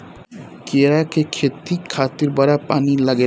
केरा के खेती खातिर बड़ा पानी लागेला